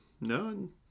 no